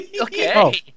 Okay